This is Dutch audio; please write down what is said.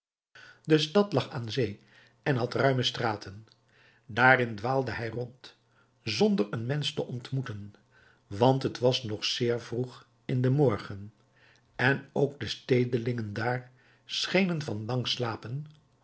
de stad lag aan zee en had ruime straten daarin dwaalde hij rond zonder een mensch te ontmoeten want het was nog zeer vroeg in den morgen en ook de stedelingen daar schenen van lang slapen